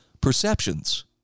perceptions